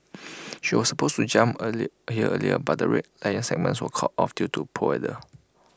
she was supposed to jump A leap A year earlier but the Red Lions segment was called off due to poor weather